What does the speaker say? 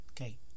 Okay